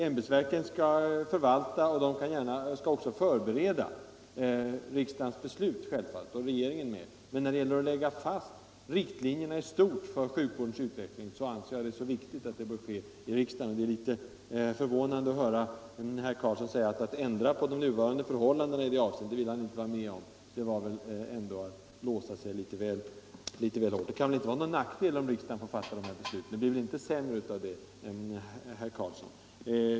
Ämbetsverken skall vara förvaltande organ. De skall självfallet också förbereda riksdagens och regeringens beslut. Att lägga fast riktlinjerna för sjukvården i stort anser jag vara så viktigt att det skall ske i riksdagen. Det var litet förvånande att höra herr Karlsson säga att han inte vill vara med om att ändra på de nuvarande förhållandena i det avseendet. Det var väl ändå att låsa sig litet väl hårt. Det kan väl inte vara någon nackdel att riksdagen får fatta de här besluten. Det blir väl inte sämre av det, herr Karlsson.